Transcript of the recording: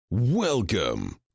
Welcome